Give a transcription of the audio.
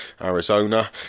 Arizona